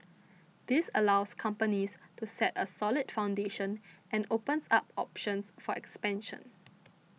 this allows companies to set a solid foundation and opens up options for expansion